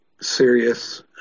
serious